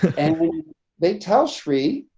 and they tell sri,